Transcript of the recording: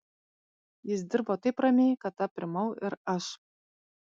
jis dirbo taip ramiai kad aprimau ir aš